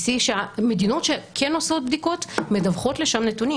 שהמדינות שכן עושות בדיקות מדווחות לשם נתונים.